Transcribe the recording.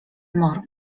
more